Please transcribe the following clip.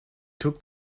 took